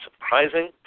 surprising